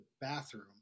bathroom